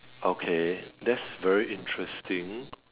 okay that's very interesting